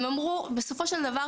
הם אמרו בסופו של דבר,